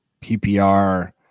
ppr